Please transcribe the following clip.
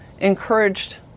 encouraged